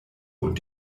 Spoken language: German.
und